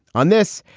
on this,